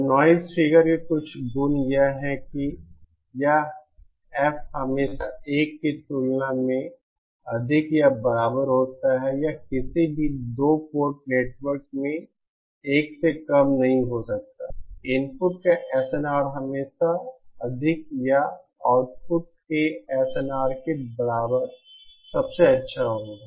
अब noise figure के कुछ गुण यह है कि यह F हमेशा 1 की तुलना में अधिक या बराबर होता है किसी भी 2 पोर्ट नेटवर्क में एक से कम नहीं हो सकता है इनपुट का SNR हमेशा अधिक या आउटपुट के SNR के बराबर सबसे अच्छा होगा